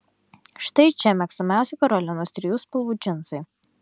štai čia mėgstamiausi karolinos trijų spalvų džinsai